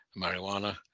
marijuana